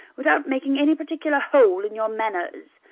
without making any particular hole in your manners!